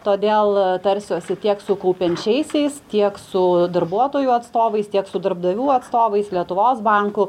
todėl tarsiuosi tiek su kaupiančiaisiais tiek su darbuotojų atstovais tiek su darbdavių atstovais lietuvos banku